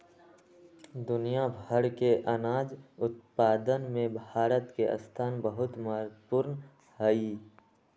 दुनिया भर के अनाज उत्पादन में भारत के स्थान बहुत महत्वपूर्ण हई